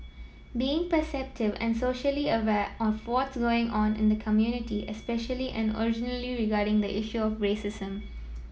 being perceptive and socially aware of what's going on in the community especially and originally regarding the issue of racism